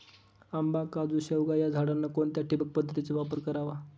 आंबा, काजू, शेवगा या झाडांना कोणत्या ठिबक पद्धतीचा वापर करावा?